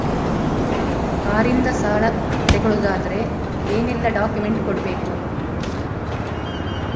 Car ಇಂದ ಸಾಲ ತಗೊಳುದಾದ್ರೆ ಏನೆಲ್ಲ ಡಾಕ್ಯುಮೆಂಟ್ಸ್ ಕೊಡ್ಬೇಕು?